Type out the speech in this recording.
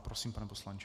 Prosím, pane poslanče.